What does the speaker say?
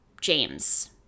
James